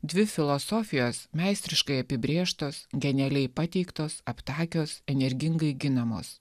dvi filosofijos meistriškai apibrėžtos genialiai pateiktos aptakios energingai ginamos